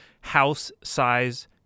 house-size